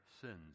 sins